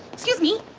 excuse me.